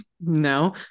no